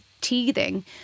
teething